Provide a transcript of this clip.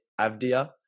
Avdia